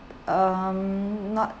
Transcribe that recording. um not